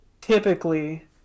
typically